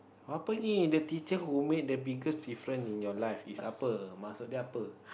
apa ini the teacher who made the biggest difference in your life is